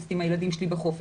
אוגוסט עם הילדים שלי בחופשה.